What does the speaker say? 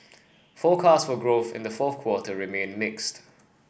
forecasts for growth in the fourth quarter remain mixed